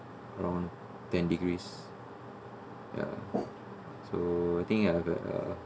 around ten degrees ya so I think I have a